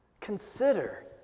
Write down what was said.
Consider